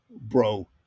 bro